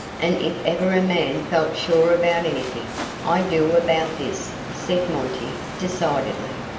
and if ever a man felt sure about anything i do about this, said monty, decidedly,